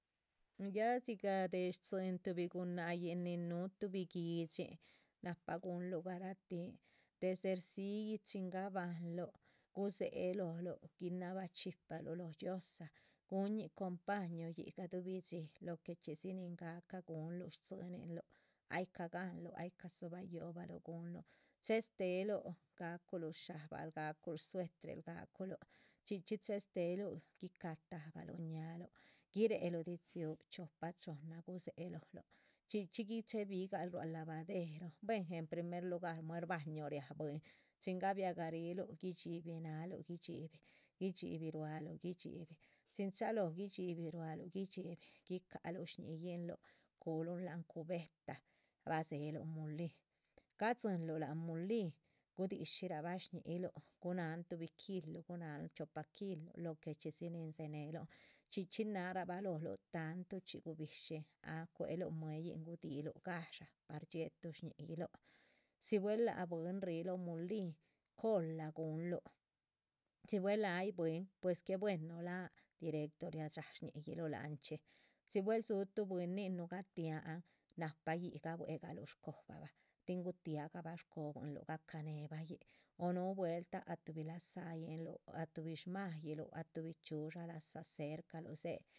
Ya de dzigah st´zin tuhbi gunáhc yin nin núhu tuhbi guihdxin nahpa guhun garatih desde rzíyih chin gabahan luh gudzéhe lóluh guinabha chxipaluh lóho dhxiózaa. guhunñih compañu yíc, gadubi dxí, lo que chxídzi nin gahca guhunlu tzíninluh ay ca´gahanluh ay cah dzóbah yóhobaluh, gunlun chehes teheluh gaculuh. sha´bal, gaculh sueterluh gaculh chxí chxí chehesteluh guicah tabahluh ñáhaaluh, guireh luh didzí yúhu, chiopa chohnna gudzéhe lóluh chxí chxí gi chéhe bigaluh. ruá lavadero buehen en primer lugar, muer baño riáha bwín chin gabiah gariluh guidxibi nahaluh, guidxibih gidxibih ruáluh, guidxibih, chinchalóh guidxibih ruáluh. guidxibih, guicáhaluh shñí´yinluh cuhulun láhan cubetah, bah dzéheluh mulín gadzinlu láhan mulin gudishirabah shñi´yihluh, guh náhan tuhbi kilu guh náhan chipa kilu. lo que chxídzi nin dze néhelun chxí chxí naharabah lóhluh tantuchxí gubishín, náh cuéluh mue´yihn gudiluhun gadshá par dxiéhetuh shñi´yic luh, si bueh lác bwín. ríh lóho mulin cola guhunluh, si buel ay bwín pues que bueno láhac, directo riadxáha shñi´yic luh láhan chxí si bues dzúhu tuh bwínin núhu gatiáhan nahpa yíc gabuehgaluh. shcobah bah tin gutiah gabah shcobuinluh gahca néebah yíc, o núh vueltah lác tuhbi lazáyin luh ah tuhbi shmahyílh ah tuhbi chxíudxa lazáh cercalu dzée.